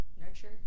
Nurture